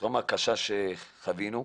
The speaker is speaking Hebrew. הקשה שחווינו.